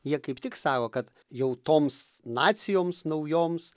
jie kaip tik sako kad jau toms nacijoms naujoms